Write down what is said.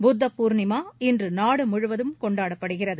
புத்த பூர்ணிமா இன்று நாடு முழுவதும் கொண்டாடப்படுகிறது